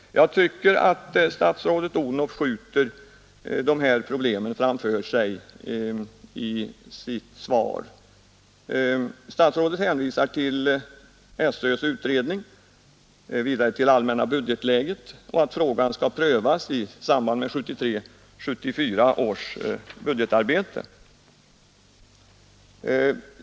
Jag tycker att statsrådet Odhnoff i sitt svar skjuter det här problemet framför sig. Statsrådet hänvisar till SÖ:s utredning, vidare till det allmänna budgetläget och att frågan skall prövas i samband med 1973/74 års budgetarbete.